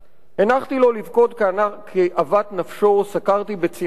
הנחתי לו לבכות כאוות נפשו, סקרתי בצנעה את החדר,